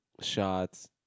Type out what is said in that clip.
shots